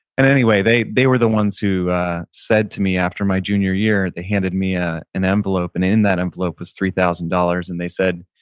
and anyway, they they were the ones who said to me after my junior year, they handed me ah an envelope, and in that envelope was three thousand dollars. and they said,